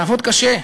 לעבוד קשה,